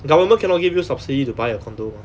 government cannot give you subsidy to buy a condominium [one]